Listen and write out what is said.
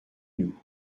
nous